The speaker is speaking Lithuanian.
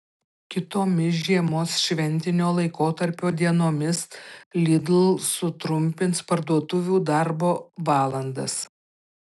kitomis žiemos šventinio laikotarpio dienomis lidl sutrumpins parduotuvių darbo valandas